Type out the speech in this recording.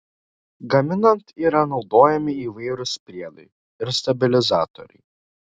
gaminant yra naudojami įvairūs priedai ir stabilizatoriai